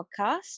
podcast